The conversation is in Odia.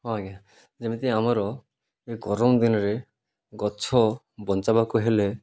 ହଁ ଆଜ୍ଞା ଯେମିତି ଆମର ଏ ଗରମ ଦିନରେ ଗଛ ବଞ୍ଚାଇବାକୁ ହେଲେ